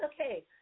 okay